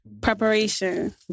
Preparation